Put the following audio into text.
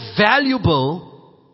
valuable